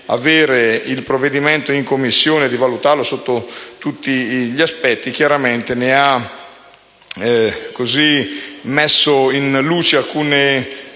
il provvedimento in Commissione e di valutarlo sotto tutti gli aspetti, chiaramente ha messo in luce alcune